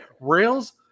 rails